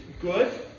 good